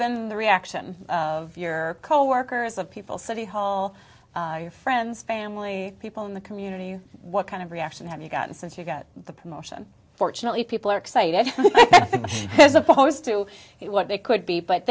been the reaction of your coworkers of people city hall your friends family people in the community you what kind of reaction have you gotten since you got the promotion fortunately people are excited as opposed to what they could be but